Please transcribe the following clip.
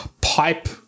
pipe